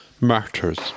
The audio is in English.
Martyrs